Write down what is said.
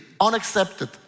unaccepted